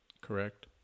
Correct